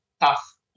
tough